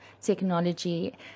technology